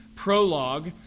prologue